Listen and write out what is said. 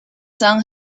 san